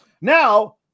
now